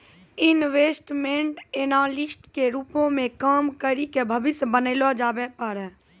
investment analyst के रूपो मे काम करि के भविष्य बनैलो जाबै पाड़ै